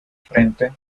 frente